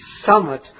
summit